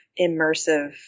immersive